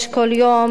בכל יום,